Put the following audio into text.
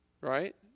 Right